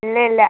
ഇല്ല ഇല്ല